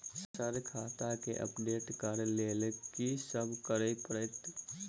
Sir खाता केँ update करऽ लेल की सब करै परतै?